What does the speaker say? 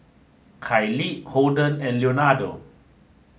Kailee Holden and Leonardo